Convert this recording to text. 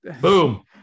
boom